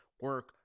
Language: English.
Work